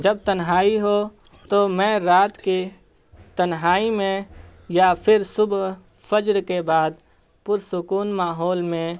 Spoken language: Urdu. جب تنہائی ہو تو میں رات کے تنہائی میں یا پھر صبح فجر کے بعد پر سکون ماحول میں